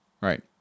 right